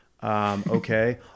Okay